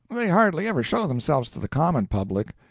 they hardly ever show themselves to the common public.